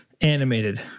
animated